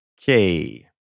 okay